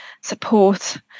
support